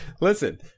Listen